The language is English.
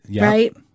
right